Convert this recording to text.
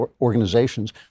organizations